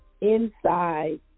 inside